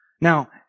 Now